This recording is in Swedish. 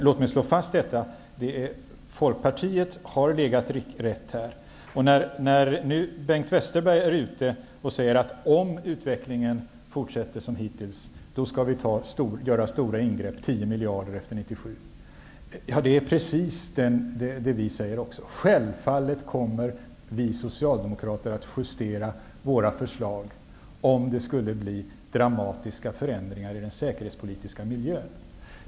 Låt mig slå fast att Folkpartiet har legat rätt. Nu säger Bengt Westerberg att vi, om utvecklingen fortsätter som hittills, skall göra stora ingrepp -- 10 miljarder efter 1997. Det är precis det vi också säger. Vi socialdemokrater kommer självfallet att justera våra förslag om det skulle bli dramatiska förändringar i den säkerhetspolitiska miljön.